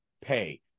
pay